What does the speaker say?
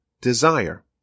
desire